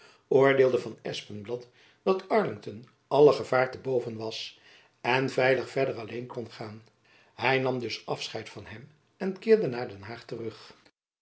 oordeelde van espenblad dat arlington alle gevaar te boven was en veilig verder alleen kon gaan hy nam dus afscheid van hem en keerde naar den haag terug